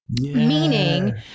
Meaning